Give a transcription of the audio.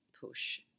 push